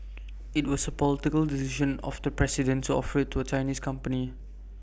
IT was A political decision of the president to offer IT to A Chinese company